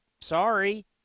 sorry